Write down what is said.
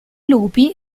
lupi